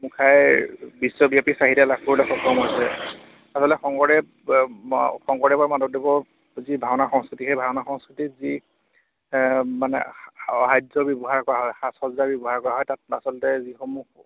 মুখাই বিশ্ববাপী চাহিদা লাভ কৰিবলৈ সক্ষম হৈছে ইফালে শংকৰদেৱ শংকৰদেৱৰ মাধৱদেৱৰ যি ভাওনা সংস্কৃতি সেই ভাওনা সংস্কৃতিত যি মানে ব্যৱহাৰ কৰা হয় সাজ সজ্জা ব্যৱহাৰ কৰা হয় তাত আচলতে যিসমূহ